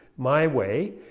my way,